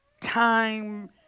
Time